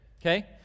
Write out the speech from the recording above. okay